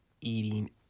eating